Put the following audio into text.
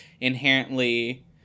inherently